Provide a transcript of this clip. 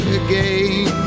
again